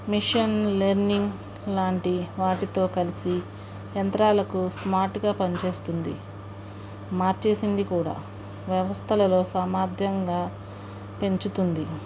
machine learning లాంటి వాటితో కలిసి యంత్రాలకు స్మార్ట్గా పనిచేస్తుంది మార్చేసింది కూడా వ్యవస్థలలో సామర్థ్యంగా పెంచుతుంది